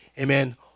amen